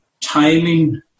timing